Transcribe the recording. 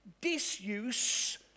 disuse